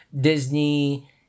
Disney